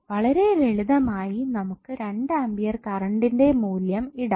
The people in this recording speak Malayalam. അതിനാൽ വളരെ ലളിതമായി നമുക്ക് 2 ആംപിയർ കറണ്ടിന്റെ മൂല്യം ഇടാം